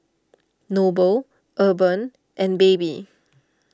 Noble Urban and Baby